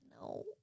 No